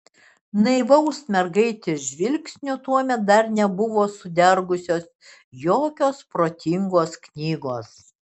naivaus mergaitės žvilgsnio tuomet dar nebuvo sudergusios jokios protingos knygos